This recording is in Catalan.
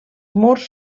murs